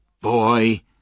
boy